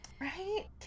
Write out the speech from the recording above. Right